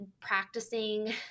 practicing